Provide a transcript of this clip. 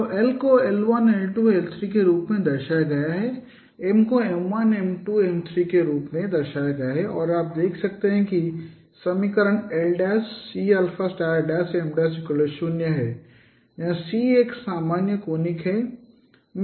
तो l को l1 l2 l3 के रूप में दर्शाया गया है m को m1 m2 m3 के रूप में दर्शाया गया है और आप देख सकते हैं कि समीकरण l'Cm'0 है जहाँ C एक सामान्य कोनिक है